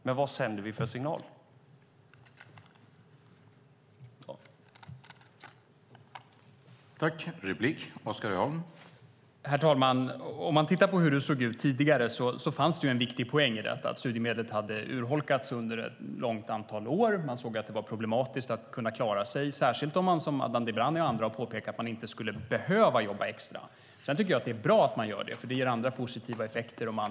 Men vilken signal sänder vi?